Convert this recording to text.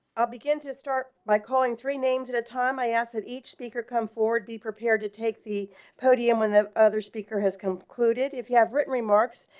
i'll begin to start by calling three names at a time. i ask that each speaker come forward, be prepared to take the podium in the other speaker has concluded, if you have written remarks,